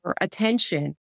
attention